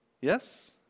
Yes